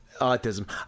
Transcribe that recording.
Autism